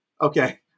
Okay